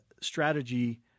strategy